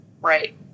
right